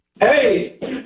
Hey